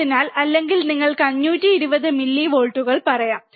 അതിനാൽ അല്ലെങ്കിൽ നിങ്ങൾക്ക് 520 മില്ലിവോൾട്ടുകൾ പറയാം